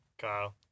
Kyle